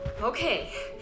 Okay